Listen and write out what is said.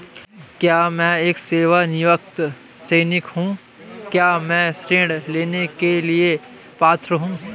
मैं एक सेवानिवृत्त सैनिक हूँ क्या मैं ऋण लेने के लिए पात्र हूँ?